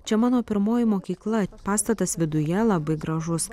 čia mano pirmoji mokykla pastatas viduje labai gražus